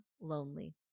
lonely